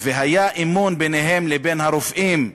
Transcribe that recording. והיה אמון ביניהם לבין הרופאים,